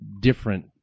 different